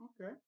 okay